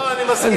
לא, אני מסכים.